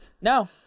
no